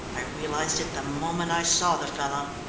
i realised it the moment i saw the fellow.